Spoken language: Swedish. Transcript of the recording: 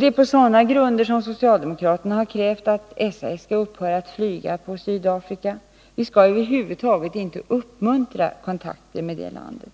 Det är på sådana grunder som socialdemokraterna har krävt att SAS skall upphöra att flyga på Sydafrika — vi skall över huvud taget inte uppmuntra kontakterna med det landet.